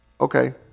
Okay